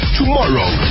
tomorrow